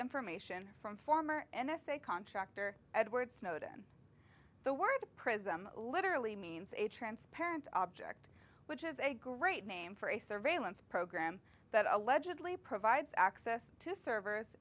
information from former n s a contractor edward snowden the word prism literally means a transparent object which is a great name for a surveillance program that allegedly provides access to servers